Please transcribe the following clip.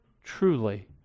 truly